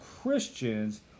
Christians